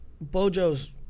Bojo's